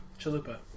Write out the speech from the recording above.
Chalupa